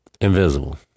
Invisible